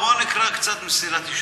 בואו נקרא קצת "מסילת ישרים".